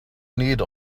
need